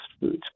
foods